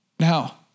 Now